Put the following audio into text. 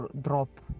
drop